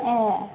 ए